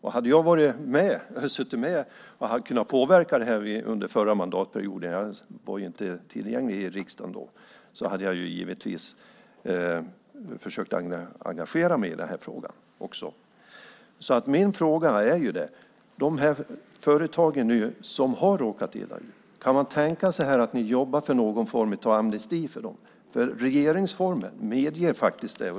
Hade jag kunnat påverka det här under förra mandatperioden - jag satt ju inte i riksdagen då - hade jag givetvis försökt engagera mig i frågan. Min fråga är: Kan ni tänka er att jobba för någon form av amnesti för de företag som har råkat illa ut? Regeringsformen medger faktiskt det.